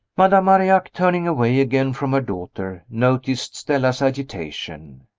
madame marillac, turning away again from her daughter, noticed stella's agitation.